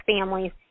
families